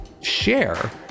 share